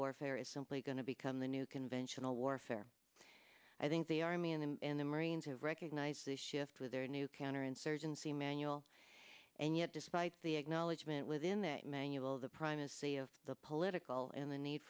warfare is simply going to become the new conventional warfare i think the army and the marines have recognized the shift with their new counterinsurgency manual and yet despite the acknowledgement within that manual the primacy of the political and the need